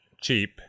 cheap